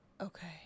Okay